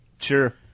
Sure